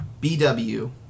BW